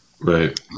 Right